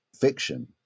fiction